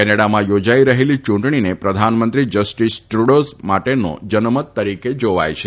કેનેડામાં યોજાઈ રહેલી ચૂંટણીને પ્રધાનમંત્રી જસ્ટીસ ટ્રડો માટેનો જનમત તરીકે જોવાય છે